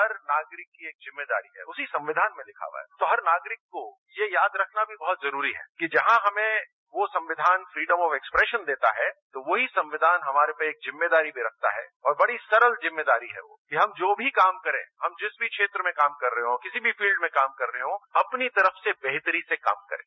हर नागरिक की एक जिम्मेदारी है उसी संविधान में लिखा हुआ है तो हर नागरिक को ये याद रखना भी बहुत जरूरी है कि जहां हमें वो संविधान फ्रीडम व एक्सप्रेशन देता है तो वही संविधान हमारे पर एक जिम्मेदारी भी रखता है और बड़ी सरल जिम्मेदारी है वो कि हम जो भी काम करें हम जिस क्षेत्र में भी काम कर रहे हों किसी भी फील्ड में काम कर रहे हों अपनी तरफ से बेहतरी से काम करें